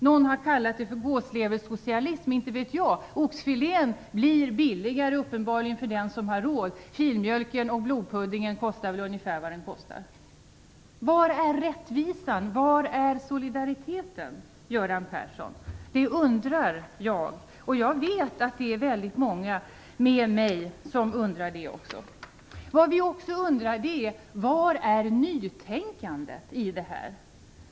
Någon har kallat det för gåsleversocialism. Oxfilén blir uppenbarligen billigare för den som har råd. Filmjölken och blodpuddingen kostar väl ungefär vad de kostar. Var är rättvisan och solidariteten, Göran Persson? Det undrar jag. Jag vet att det är väldigt många med mig som gör det. Vi undrar också var nytänkandet finns.